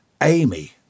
Amy